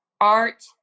art